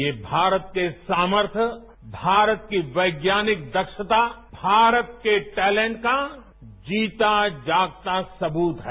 ये भारत के सामर्थय भारत की वैज्ञानिक दक्षता भारत के टैलेंट का जीता जागता सब्रत है